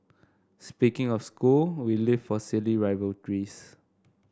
speaking of school we live for silly rivalries